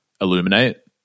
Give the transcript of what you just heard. illuminate